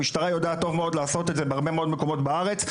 המשטרה יודעת טוב מאוד לעשות את זה בהרבה מאוד מקומות בארץ.